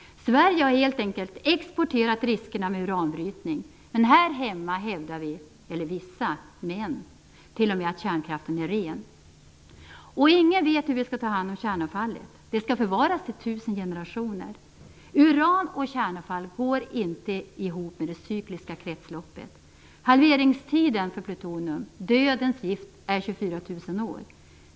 Sverige har helt enkelt exporterat riskerna med uranbrytning. Men här hemma hävdar vi - vissa, framför allt män - t.o.m. att kärnkraften är ren. Ingen vet hur vi skall ta hand om kärnavfallet. Det skall förvaras i tusen generationer. Uran och kärnavfall går inte ihop med det cykliska kretsloppet. 24 000 år.